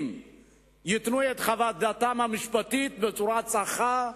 ייתנו את חוות דעתם המשפטית בצורה צחה,